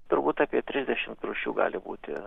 turbūt apie trisdešimt rūšių gali būti